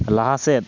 ᱞᱟᱦᱟᱥᱮᱫ